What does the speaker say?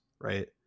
right